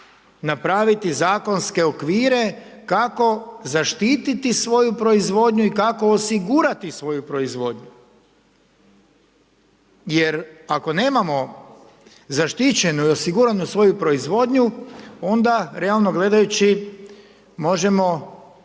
napraviti zakonske okvire kako zaštiti svoju proizvodnju i kako osigurati svoju proizvodnju, jer ako nemamo zaštićenu i osiguranu svoju proizvodnju onda realno gledajući možemo